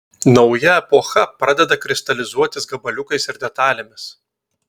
nauja epocha pradeda kristalizuotis gabaliukais ir detalėmis